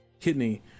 kidney